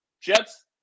Jets